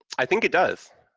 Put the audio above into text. i think it does,